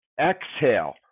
Exhale